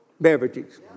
beverages